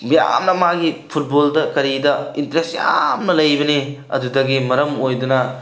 ꯌꯥꯝꯅ ꯃꯥꯒꯤ ꯐꯨꯠꯕꯣꯜꯗ ꯀꯔꯤꯗ ꯏꯟꯇ꯭ꯔꯦꯁ ꯌꯥꯝꯅ ꯂꯩꯕꯅꯤ ꯑꯗꯨꯗꯒꯤ ꯃꯔꯝ ꯑꯣꯏꯗꯅ